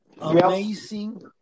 Amazing